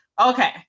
Okay